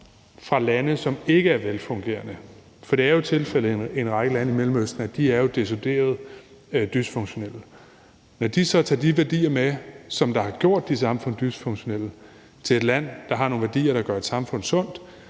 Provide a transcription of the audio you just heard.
fra lande, som ikke er velfungerende, for det er jo tilfældet i en række lande i Mellemøsten, at de er decideret dysfunktionelle, og de så tager de værdier med, som har gjort de samfund dysfunktionelle, til et land, der har nogle værdier, der gør et samfund sundt,